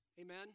Amen